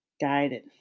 guided